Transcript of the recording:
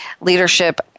leadership